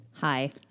Hi